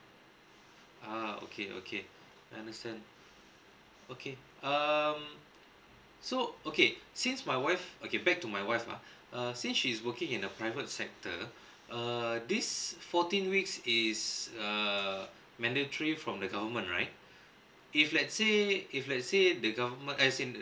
ah okay okay I understand okay um so okay since my wife okay back to my wife ah uh since she is working in a private sector err this fourteen weeks is err mandatory from the government right if let's say if let's say the government as in